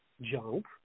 junk